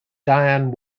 diane